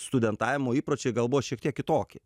studentavimo įpročiai gal buvo šiek tiek kitokie